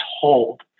told